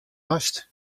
hast